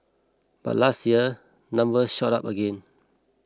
but last year numbers shot up again